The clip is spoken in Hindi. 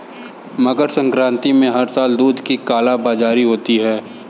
मकर संक्रांति में हर साल दूध की कालाबाजारी होती है